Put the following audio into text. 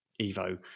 Evo